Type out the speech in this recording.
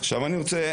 אני רוצה